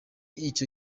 icyo